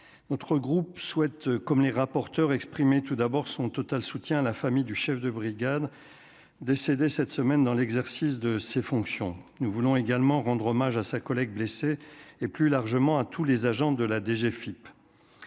notre groupe souhaite comme les rapporteurs exprimer tout d'abord son total soutien à la famille du chef de brigade décédé cette semaine dans l'exercice de ses fonctions, nous voulons également rendre hommage à sa collègue blessé et plus largement à tous les agents de la DGFIP